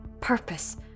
purpose